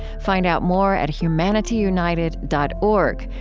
find out more at humanityunited dot org,